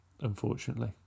Unfortunately